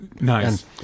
Nice